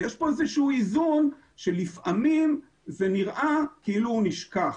יש כאן איזשהו איזון שלפעמים זה נראה כאילו הוא נשכח.